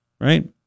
right